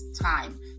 time